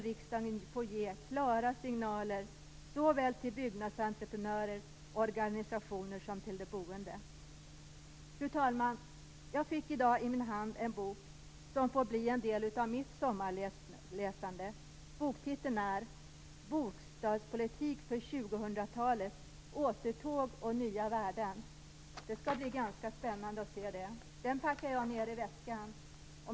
Riksdagen måste ge klara signaler, såväl till byggnadsentreprenörer och organisationer som till de boende. Fru talman! Jag fick i dag i min hand en bok som får bli en del av min sommarläsning. Titeln är Bostadspolitik för tjugohundratalet. Återtåg och nya värden. Det skall bli spännande att läsa, så den packar jag ned i väskan.